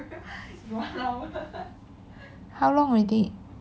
how long already